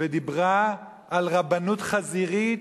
ודיברה על רבנות חזירית,